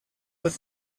with